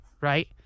right